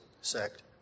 sect